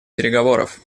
переговоров